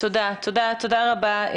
תודה רבה.